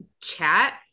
chat